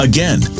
Again